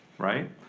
right?